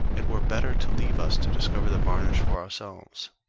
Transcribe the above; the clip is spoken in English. it were better to leave us to discover the varnish for ourselves.